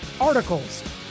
articles